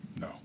No